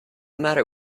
matter